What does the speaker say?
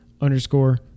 underscore